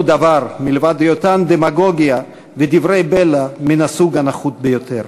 דבר מלבד היותן דמגוגיה זולה ודברי בלע מהסוג הנחות ביותר.